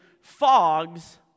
fogs